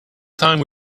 time